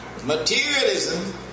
Materialism